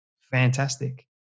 Fantastic